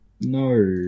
no